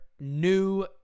new